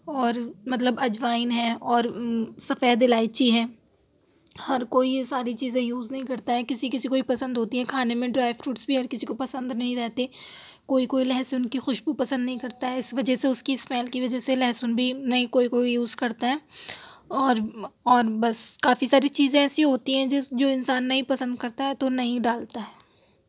اور مطلب اجوائن ہے اور سفید الائچی ہے ہر کوئی یہ ساری چیزیں یوز نہیں کرتا ہے کسی کسی کو ہی پسند ہوتی ہے کھانے میں ڈرائی فروٹس بھی ہر کسی کو پسند نہیں رہتے کوئی کوئی لہسن کی خوشبو پسند نہیں کرتا ہے اس وجہ سے اس کی اسمیل کی وجہ سے لہسن بھی نہیں کوئی کوئی یوز کرتا ہے اور اور بس کافی ساری چیزیں ایسی ہوتی ہیں جس جو انسان نہیں پسند کرتا ہے تو نہیں ڈالتا ہے